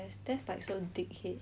I don't know